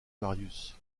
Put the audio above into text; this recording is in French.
marius